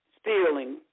stealing